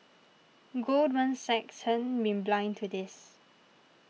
Goldman Sachs hasn't been blind to this